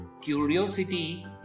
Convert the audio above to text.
curiosity